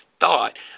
thought